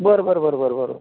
बरं बरं बरं बरं बरं बरं